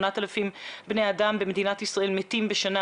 8,000 בני אדם במדינת ישראל מתים בשנה